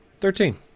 Thirteen